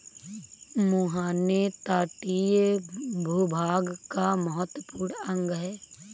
मुहाने तटीय भूभाग का महत्वपूर्ण अंग है